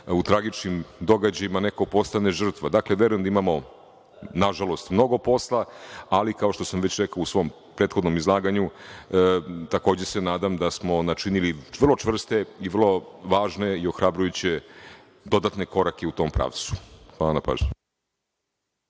u tragičnim događajima neko postane žrtva. Dakle, verujem da imamo mnogo posla, ali, kao što sam već rekao u svom prethodnom izlaganju, takođe se nadam da smo načinili vrlo čvrste i vrlo važne i ohrabrujuće dodatne korake u tom pravcu. Hvala na pažnji.